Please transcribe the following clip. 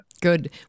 Good